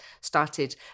started